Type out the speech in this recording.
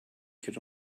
could